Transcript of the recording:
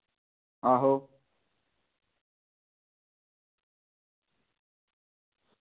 आहो